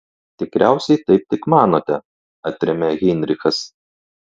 tikriausiai taip tik manote atrėmė heinrichas